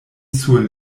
sur